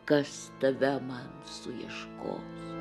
kas tave man suieškos